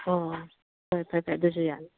ꯍꯣꯏ ꯍꯣꯏ ꯐꯔꯦ ꯐꯔꯦ ꯑꯗꯨꯁꯨ ꯌꯥꯏ